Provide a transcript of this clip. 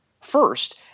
first